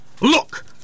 Look